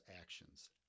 actions